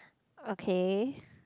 okay